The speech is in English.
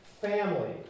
family